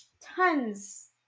tons